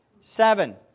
Seven